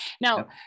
Now